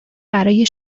برای